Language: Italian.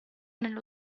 nello